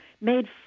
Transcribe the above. made